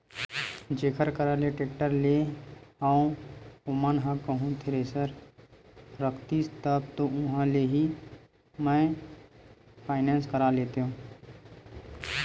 जेखर करा ले टेक्टर लेय हव ओमन ह कहूँ थेरेसर रखतिस तब तो उहाँ ले ही मैय फायनेंस करा लेतेव